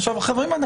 עכשיו חברים,